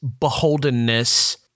beholdenness